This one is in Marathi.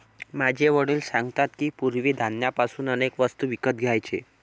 माझे वडील सांगतात की, पूर्वी धान्य पासून अनेक वस्तू विकत घ्यायचे